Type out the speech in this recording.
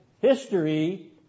history